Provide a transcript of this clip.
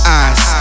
eyes